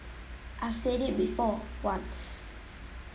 I've said it before once